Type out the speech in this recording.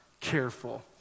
careful